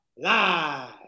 Live